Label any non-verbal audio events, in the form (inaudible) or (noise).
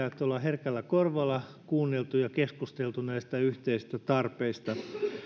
(unintelligible) että ollaan herkällä korvalla kuunneltu ja keskusteltu näistä yhteisistä tarpeista